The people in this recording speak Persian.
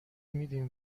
میدین